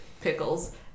pickles